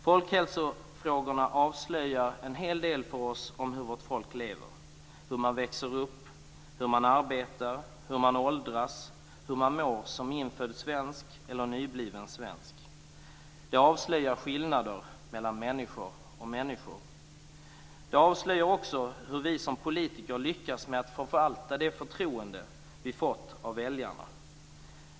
Folkhälsofrågorna avslöjar en hel del för oss om hur vårt folk lever, hur man växer upp, hur man arbetar, hur man åldras, hur man mår som infödd svensk eller nybliven svensk. De avslöjar skillnader mellan människor och människor. De avslöjar också hur vi som politiker lyckas förvalta det förtroende som vi har fått av väljarna.